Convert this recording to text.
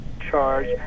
charge